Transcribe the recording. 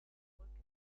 brücke